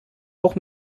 auch